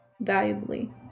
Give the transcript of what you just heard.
valuably